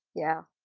yeah.